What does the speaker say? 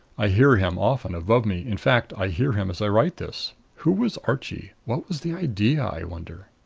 i hear him often above me in fact, i hear him as i write this. who was archie? what was the idea? i wonder.